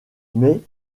mais